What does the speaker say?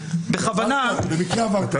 בכוונה --- במקרה עברתי.